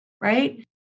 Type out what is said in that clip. right